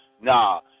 Nah